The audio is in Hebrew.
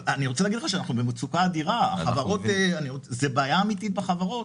אנחנו במצוקה אדירה, זו בעיה אמיתית היום בחברות.